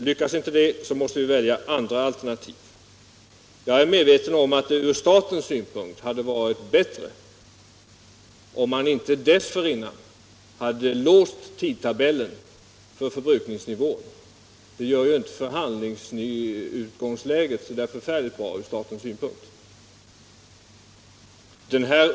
Lyckas inte det måste vi välja andra alternativ. Jag är medveten om att det från statens synpunkt hade varit bättre om tidtabellen för förbrukningsnivån inte varit låst dessförinnan. Det gör ju inte förhandlingsutgångsläget från statens synpunkt så förfärligt bra.